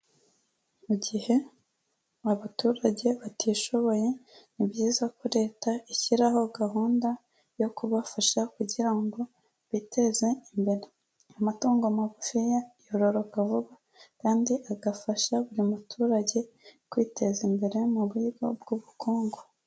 Mu gihe abaturage batishoboye, ni byiza ko leta ishyiraho gahunda yo kubafasha kugira ngo biteze imbere. Amatungo magufiya yororoka vuba kandi agafasha buri muturage, kwiteza imbere mu buryo bw'ubukungu.